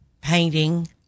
painting